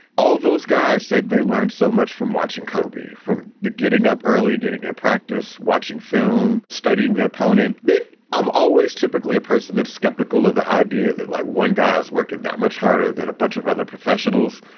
all of those guys said they learned so much from watching kobe, from the getting up early, getting a practice, watching film, studying the opponent that i'm always typically a person that's skeptical of the idea that like one guy is working that much harder than a bunch of other professionals.